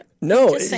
no